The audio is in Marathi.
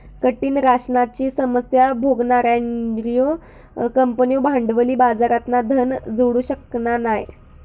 कठीण राशनाची समस्या भोगणार्यो कंपन्यो भांडवली बाजारातना धन जोडू शकना नाय